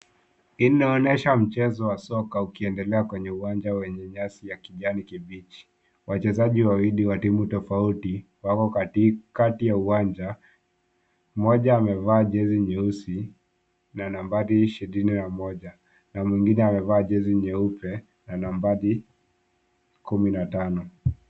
Inaonyesha mchezo wa soka ukiendelea kwenye uwanja wenye nyasi ya kijani kibichi. Wachezaji wawili wa timu tofauti wako katikati ya uwanja, mmoja amevaa jezi nyeusi na nambari 21 na mwengine amevaa jezi nyeupe na nambari 15.